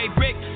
brick